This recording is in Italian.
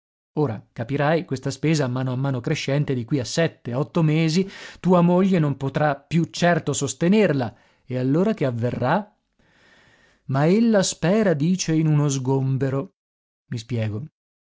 ora capirai questa spesa a mano a mano crescente di qui a sette otto mesi tua moglie non potrà più certo sostenerla e allora che avverrà ma ella spera dice in uno sgombero i spiego